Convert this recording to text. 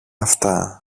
αυτά